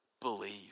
believe